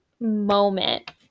moment